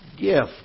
gift